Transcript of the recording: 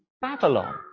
Babylon